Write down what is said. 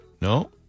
No